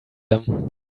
them